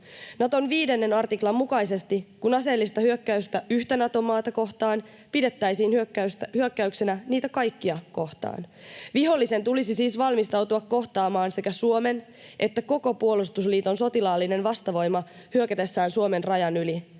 Naton 5 artiklan mukaisesti kun aseellista hyökkäystä yhtä Nato-maata kohtaan pidettäisiin hyökkäyksenä niitä kaikkia kohtaan. Vihollisen tulisi siis valmistautua kohtaamaan sekä Suomen että koko puolustusliiton sotilaallinen vastavoima hyökätessään Suomen rajan yli;